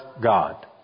God